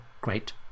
great